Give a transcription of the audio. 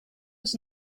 was